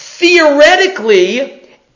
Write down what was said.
Theoretically